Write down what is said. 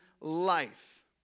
life